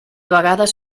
vegades